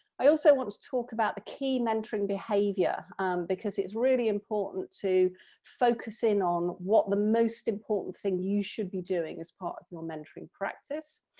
i also want to talk about the key mentoring behaviours because it's really important to focus in on what the most important thing you should be doing is part of your mentoring practice.